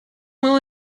will